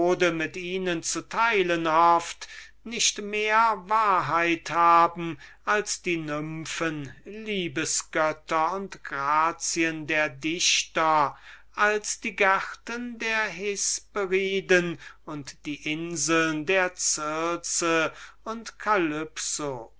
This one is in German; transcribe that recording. mit ihnen zu teilen hofft nicht mehr wahrheit haben als die nymphen die liebesgötter und die grazien der dichter als die gärten der hesperiden und die inseln der circe und